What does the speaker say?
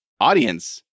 audience